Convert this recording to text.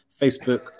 Facebook